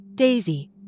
Daisy